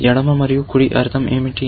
ఎడమ మరియు కుడి అర్థం ఏమిటి